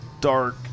dark